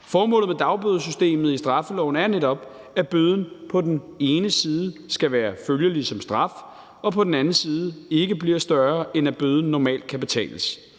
Formålet med dagbødesystemet i straffeloven er netop, at bøden på den ene side skal være følelig som straf og på den anden side ikke bliver større, end at bøden normalt kan betales.